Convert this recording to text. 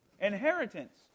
Inheritance